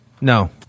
No